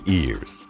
ears